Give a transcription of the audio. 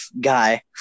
guy